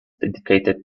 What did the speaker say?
dedicated